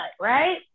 right